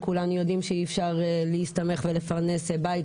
וכולנו יודעים שאי-אפשר להסתמך ולפרנס בית,